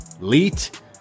elite